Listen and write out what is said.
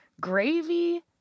gravy